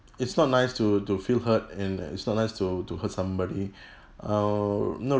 it's not nice to to feel hurt and it's not nice to to hurt somebody err know